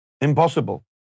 impossible